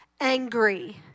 angry